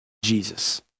Jesus